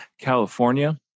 California